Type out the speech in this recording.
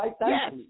Yes